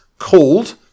called